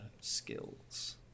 skills